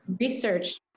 research